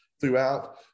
throughout